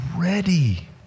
ready